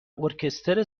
ارکستر